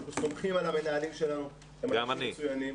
אנחנו סומכים על המנהלים שלנו, הם אנשים מצוינים.